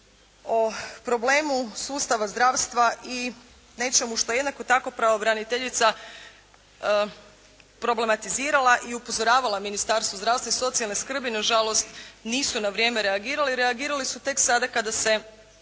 o problemu sustava zdravstva i nečemu što je jednako tako pravobraniteljica problematizirala i upozoravala Ministarstvo zdravstva i socijalne skrbi. Na žalost nisu na vrijeme reagirali. Reagirali su tek sada kada se